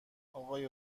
آقای